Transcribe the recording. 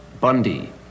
Bundy